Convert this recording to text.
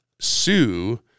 sue